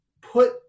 put